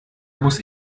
muss